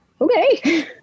okay